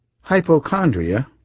Hypochondria